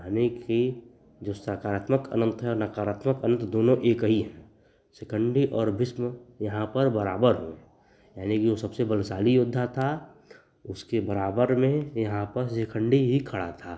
यानी कि जो सकारात्मक अनन्त हैं नकारात्मक अनन्त दोनों एक ही है शिखण्डी और भीष्म यहाँ पर बराबर हैं यानी कि वह सबसे बलशाली योद्धा था उसके बराबर में यहाँ पर शिखण्डी ही खड़ा था